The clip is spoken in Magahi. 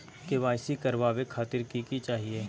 के.वाई.सी करवावे खातीर कि कि चाहियो?